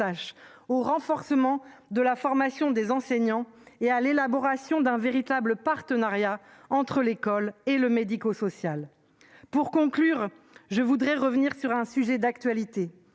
», renforcer la formation des enseignants et élaborer un véritable partenariat entre l'école et le médico-social. Pour conclure, permettez-moi de revenir sur un sujet d'actualité